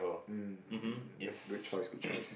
mm that's good choice good choice